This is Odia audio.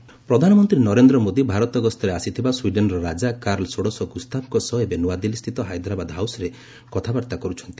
ସ୍ୱିଡେନ୍ କିଙ୍ଗ୍ ଭିଜିଟ୍ ପ୍ରଧାନମନ୍ତ୍ରୀ ନରେନ୍ଦ୍ର ମୋଦି ଭାରତ ଗସ୍ତରେ ଆସିଥିବା ସ୍ୱିଡେନ୍ର ରାଜା କାର୍ଲ ଷୋଡ଼ଶ ଗୁସ୍ତାଫ୍ଙ୍କ ସହ ଏବେ ନୂଆଦିଲ୍ଲୀସ୍ଥିତ ହାଇଦ୍ରାବାଦ୍ ହାଉସ୍ରେ କଥାବାର୍ତ୍ତା କରୁଛନ୍ତି